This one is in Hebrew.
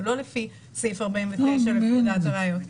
זה לא לפי סעיף 49 לפקודת הראיות.